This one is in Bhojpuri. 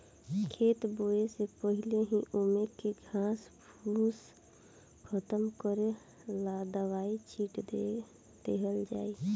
खेत बोवे से पहिले ही ओमे के घास फूस खतम करेला दवाई छिट दिहल जाइ